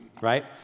right